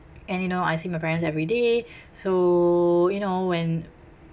and you know I see my parents everyday so you know when